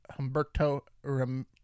Humberto